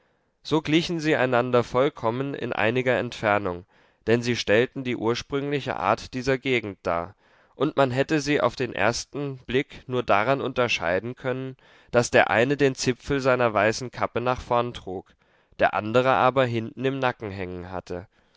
so glichen sie einander vollkommen in einiger entfernung denn sie stellten die ursprüngliche art dieser gegend dar und man hätte sie auf den ersten blick nur daran unterscheiden können daß der eine den zipfel seiner weißen kappe nach vorn trug der andere aber hinten im nacken hängen hatte